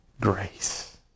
grace